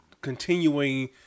continuing